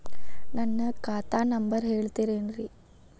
ನನ್ನ ಖಾತಾ ನಂಬರ್ ಹೇಳ್ತಿರೇನ್ರಿ?